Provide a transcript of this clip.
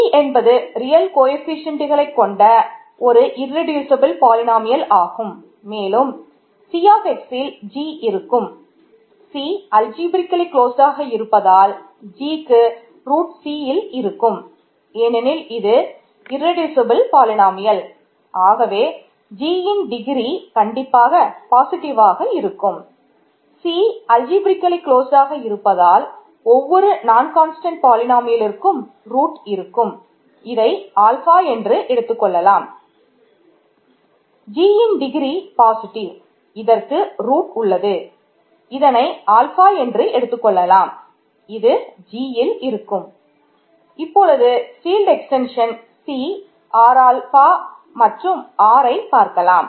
g என்பது real மற்றும் Rயை பார்க்கலாம்